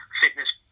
fitness